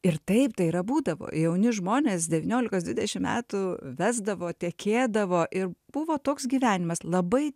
ir taip tai yra būdavo jauni žmonės devyniolikos dvidešimt metų vesdavo tekėdavo ir buvo toks gyvenimas labai